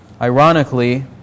Ironically